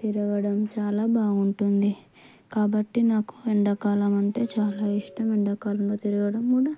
తిరగడం చాలా బాగుంటుంది కాబట్టి నాకు ఎండాకాలం అంటే చాలా ఇష్టం ఎండాకాలంలో తిరగడం కూడా